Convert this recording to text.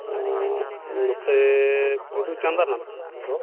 ᱱᱚᱛᱮ ᱵᱤᱫᱩ ᱪᱟᱸᱫᱟᱱ ᱟᱛᱮᱫ ᱫᱚ